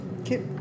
okay